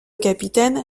capitaine